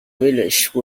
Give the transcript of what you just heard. village